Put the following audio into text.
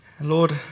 Lord